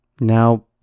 now